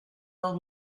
del